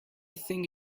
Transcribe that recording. think